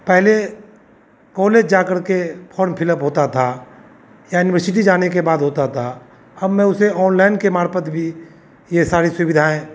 पहले कॉलेज जा करके फॉर्म फिल अप होता था या यूनिवर्सिटी जाने के बाद होता था अब मैं उसे ओनलाइन के मार्फत भी ये सारी सुविधाएँ